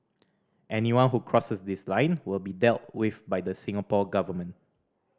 anyone who cross this line will be dealt with by the Singapore Government